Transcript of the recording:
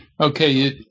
Okay